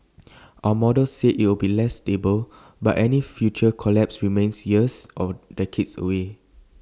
our models say IT will be less stable but any future collapse remains years or decades away